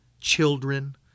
children